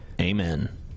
Amen